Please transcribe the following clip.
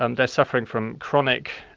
um they're suffering from chronic